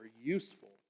useful